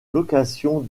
location